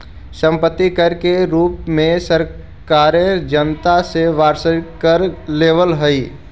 सम्पत्ति कर के रूप में सरकारें जनता से वार्षिक कर लेवेऽ हई